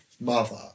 mother